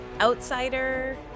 outsider